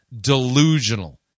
delusional